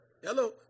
Hello